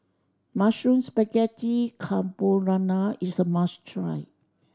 Mushroom Spaghetti Carbonara is a must try